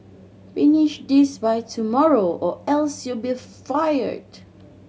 finish this by tomorrow or else you'll be fired